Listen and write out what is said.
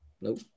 Nope